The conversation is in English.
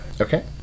Okay